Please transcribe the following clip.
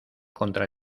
contra